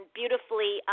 beautifully